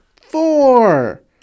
Four